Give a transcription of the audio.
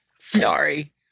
Sorry